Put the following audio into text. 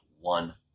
one